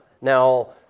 Now